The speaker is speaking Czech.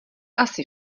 asi